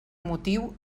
motiu